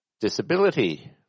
disability